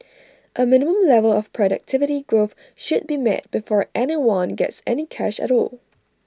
A minimum level of productivity growth should be met before anyone gets any cash at all